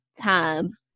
times